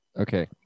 Okay